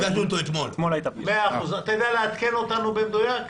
אתה יודע לעדכן אותנו במדויק?